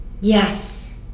Yes